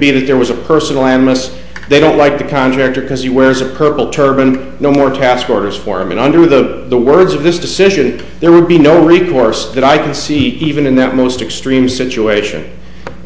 be that there was a personal animus they don't like the contractor because you wears a purple turban no more task orders for men under the words of this decision there will be no recourse that i can see even in that most extreme situation